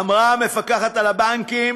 אמרה המפקחת על הבנקים